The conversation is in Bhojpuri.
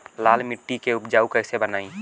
लाल मिट्टी के उपजाऊ कैसे बनाई?